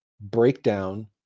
breakdown